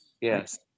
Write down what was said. yes